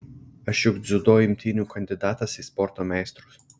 aš juk dziudo imtynių kandidatas į sporto meistrus